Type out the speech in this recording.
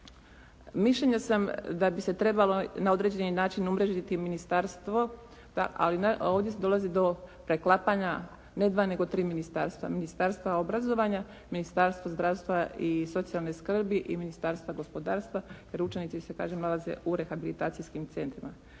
Mišljenja sam da bi se trebalo na određeni način umrežiti ministarstvo ali ovdje dolazi do preklapanja ne dva nego tri ministarstva, Ministarstva obrazovanja, Ministarstva zdravstva i socijalne skrbi i Ministarstva gospodarstva jer učenici se kažem nalaze u rehabilitacijskim centrima,